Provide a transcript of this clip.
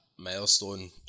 Milestone